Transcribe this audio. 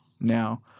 now